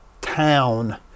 town